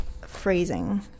phrasing